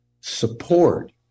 Support